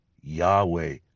Yahweh